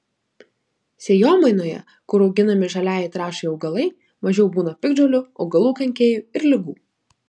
sėjomainoje kur auginami žaliajai trąšai augalai mažiau būna piktžolių augalų kenkėjų ir ligų